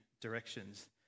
directions